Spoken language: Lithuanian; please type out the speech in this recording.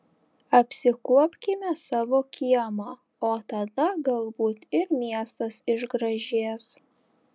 apsikuopkime savo kiemą o tada galbūt ir miestas išgražės